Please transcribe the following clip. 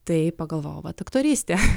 tai pagalvojau vat aktorystė